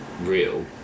real